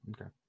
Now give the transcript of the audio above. Okay